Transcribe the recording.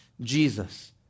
Jesus